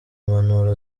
impanuro